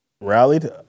rallied